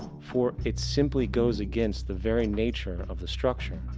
for it simply goes against the very nature of the structure.